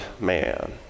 man